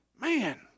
Man